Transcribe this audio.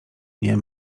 nie